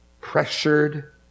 pressured